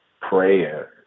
prayer